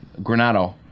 Granado